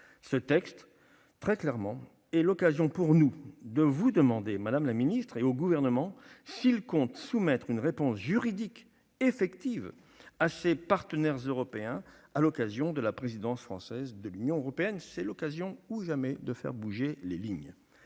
Ce texte est l'occasion pour nous de demander au Gouvernement s'il compte soumettre une réponse juridique effective à ses partenaires européens, à l'occasion de la présidence française de l'Union européenne. C'est l'occasion ou jamais de faire bouger les lignes.